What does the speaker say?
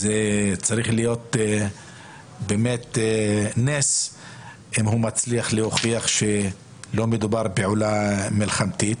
צריך להיות נס אם תושב השטחים מצליח להוכיח שלא מדובר על פעולה מלחמתית.